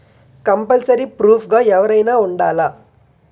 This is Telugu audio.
కంపల్సరీ ప్రూఫ్ గా ఎవరైనా ఉండాలా?